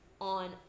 on